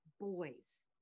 boys